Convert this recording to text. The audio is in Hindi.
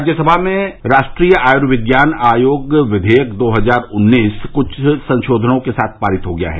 राज्यसभा में राष्ट्रीय आयुर्विज्ञान आयोग विधेयक दो हजार उन्नीस कुछ संशोधनों के साथ पारित हो गया है